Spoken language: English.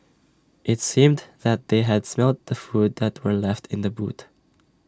IT seemed that they had smelt the food that were left in the boot